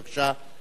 בבקשה.